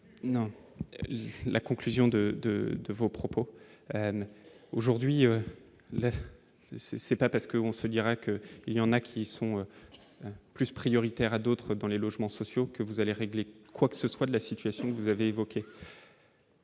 tenu la conclusion de 2 de vos propos aujourd'hui c'est pas parce que on se dirait qu'il y en a qui sont plus prioritaires à d'autres dans les logements sociaux que vous allez régler quoi que ce soit de la situation que vous avez évoqué.